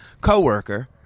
coworker